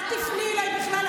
אל תפני אליי בכלל.